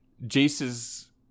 Jace's